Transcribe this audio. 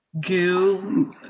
goo